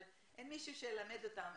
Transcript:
אבל אין מישהו שילמד אותם,